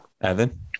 Evan